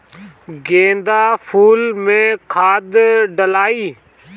गेंदा फुल मे खाद डालाई?